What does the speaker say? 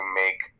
make